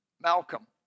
Malcolm